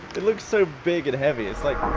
it looks so big and heavy. it's like.